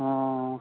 ᱦᱮᱸ